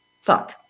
fuck